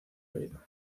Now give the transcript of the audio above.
oído